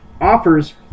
offers